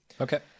Okay